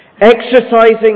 Exercising